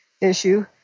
issue